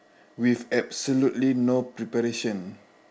with absolutely no preparation